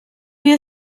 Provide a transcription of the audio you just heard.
wie